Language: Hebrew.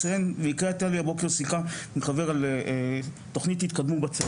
במקרה הייתה לי היום שיחה עם חבר על תכנית -- -בצבא